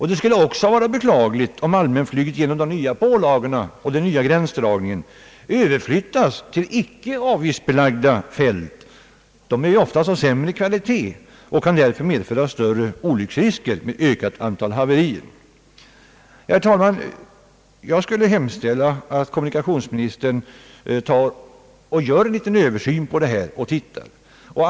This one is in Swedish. Det skulle också vara beklagligt, om allmänflyget genom de nya pålagorna och den nya gränsdragningen skulle överflyttas till icke avgiftsbelagda flygfält. De är ofta av sämre kvalitet och kan därför medföra större olycksrisker och ett ökat antal haverier. Ja, herr talman, jag vill hemställa att kommunikationsministern gör en översyn på detta område.